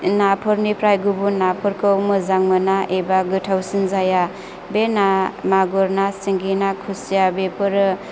नाफोरनिफ्राय गुबुन नाफोरखौ मोजां मोना एबा गोथावसिन जाया बे ना मागुर ना सिंगि ना खुसिया बेफोरो